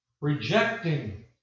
rejecting